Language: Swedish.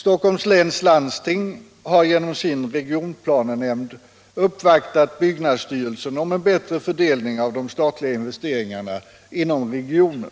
Stockholms läns landsting har genom sin regionplanenämnd uppvaktat byggnadsstyrelsen om en bättre fördelning av de statliga investeringarna inom regionen.